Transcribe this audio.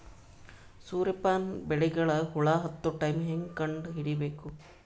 ಸೂರ್ಯ ಪಾನ ಬೆಳಿಗ ಹುಳ ಹತ್ತೊ ಟೈಮ ಹೇಂಗ ಕಂಡ ಹಿಡಿಯಬೇಕು?